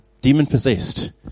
demon-possessed